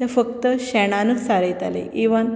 तें फकत शेणानच सारयताले इवन